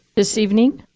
this evening,